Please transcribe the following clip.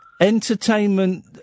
Entertainment